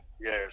Yes